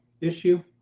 issue